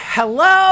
Hello